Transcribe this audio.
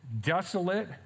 desolate